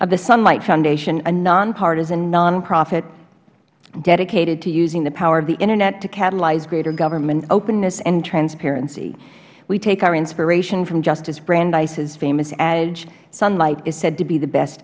of the sunlight foundation a non partisan non profit dedicated to using the power of the internet to catalyze greater government openness and transparency we take our inspiration from justice brandeis famous adage sunlight is said to be the best